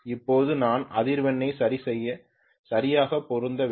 இப்போது நான் அதிர்வெண்ணை சரியாக பொருத்த வேண்டும்